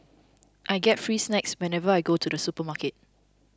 I get free snacks whenever I go to the supermarket